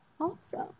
Awesome